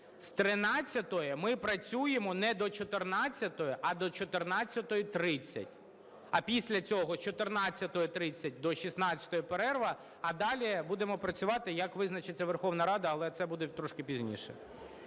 з 13-ї ми працюємо не до 14-ї, а до 14:30, а після цього з 14:30 до 16-ї перерва, а далі будемо працювати, як визначиться Верховна Рада, але це буде трошки пізніше.